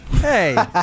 Hey